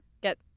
get